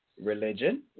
Religion